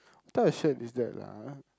what type of shirt is that lah ah